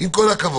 עם כל הכבוד.